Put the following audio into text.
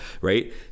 right